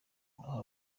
naho